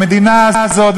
המדינה הזאת,